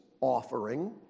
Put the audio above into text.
offering